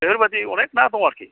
बेफोरबादि अनेख ना दं आरोखि